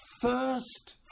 first